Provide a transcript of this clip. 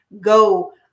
go